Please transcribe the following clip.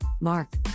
Mark